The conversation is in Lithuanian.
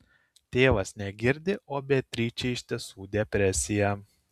tėvas negirdi o beatričei iš tiesų depresija